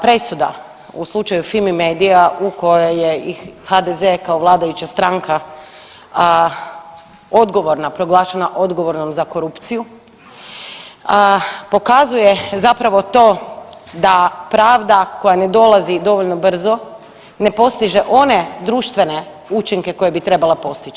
Presuda u slučaju Fimi-medija u kojoj je i HDZ kao vladajuća stranka odgovorna, proglašena odgovornom za korupciju, pokazuje zapravo to da pravda koja ne dolazi dovoljno brzo ne postiže one društvene učinke koje bi trebala postići.